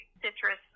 citrus